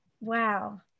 wow